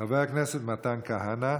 חבר הכנסת מתן כהנא.